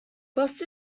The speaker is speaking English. frost